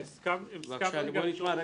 בבקשה, בוא נשמע.